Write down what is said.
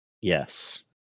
Yes